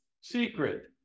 secret